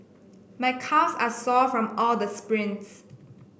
my calves are sore from all the sprints